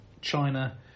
China